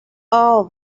all